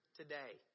today